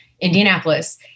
Indianapolis